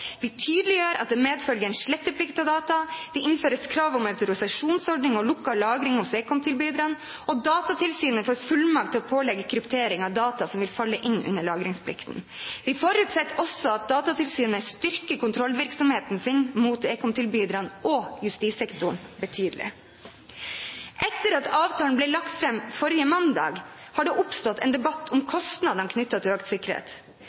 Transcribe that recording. Vi tydeliggjør at det medfølger en sletteplikt av data, det innføres krav om autorisasjonsordning og lukket lagring hos ekomtilbyderne, og Datatilsynet får fullmakt til å pålegge kryptering av data som vil falle inn under lagringsplikten. Vi forutsetter også at Datatilsynet styrker kontrollvirksomheten mot ekomtilbyderne og justissektoren betydelig. Etter at avtalen ble lagt fram forrige mandag, har det oppstått en debatt om kostnadene knyttet til økt sikkerhet.